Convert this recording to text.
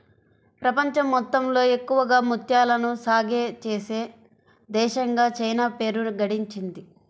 ప్రపంచం మొత్తంలో ఎక్కువగా ముత్యాలను సాగే చేసే దేశంగా చైనా పేరు గడించింది